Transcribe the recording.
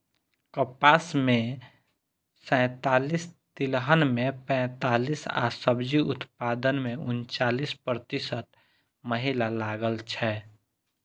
कपास मे सैंतालिस, तिलहन मे पैंतालिस आ सब्जी उत्पादन मे उनचालिस प्रतिशत महिला लागल छै